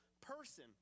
person